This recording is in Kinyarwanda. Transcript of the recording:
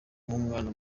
nk’umwana